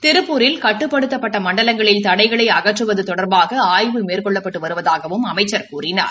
திருப்பூரில் கட்டுப்படுத்தப்பட்ட மண்டலங்களில் தடைகளை அகற்றுவது தொடர்பாக ஆய்வு மேற்கொள்ளப்பட்டு வருவதாகவும் அமைச்சர் கூறினார்